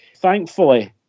Thankfully